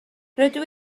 rydw